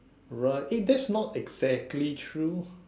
right eh that's not exactly true